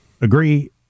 agree